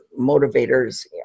motivators